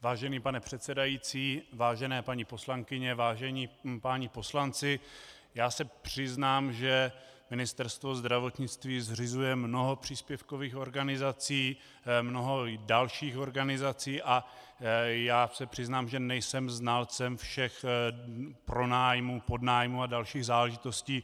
Vážený pane předsedající, vážené paní poslankyně, vážení páni poslanci, já se přiznám, že Ministerstvo zdravotnictví zřizuje mnoho příspěvkových organizací, mnoho dalších organizací, a já se přiznám, že nejsem znalcem všech pronájmů, podnájmů a dalších záležitostí.